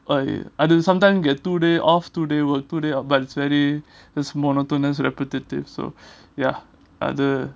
I அது:adhu sometime get two day off two day work two day but it's very it's monotone repetitive so ya அது:adhu